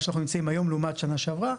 מה שאנחנו נמצאים היום לעומת שנה שעברה,